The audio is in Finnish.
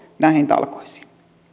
näihin talkoisiin